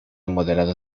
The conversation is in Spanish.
moderado